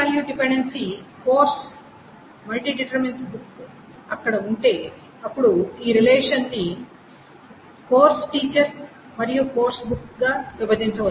MVD course book అక్కడ ఉంటే అప్పుడు ఈ రిలేషన్ని ఈ కోర్సు టీచర్ మరియు కోర్సు బుక్ గా విభజించవచ్చు